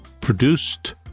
produced